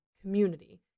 community